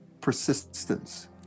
persistence